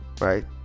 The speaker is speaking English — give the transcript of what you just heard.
right